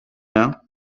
now